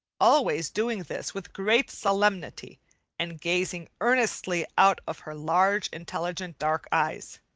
always doing this with great solemnity and gazing earnestly out of her large, intelligent dark eyes.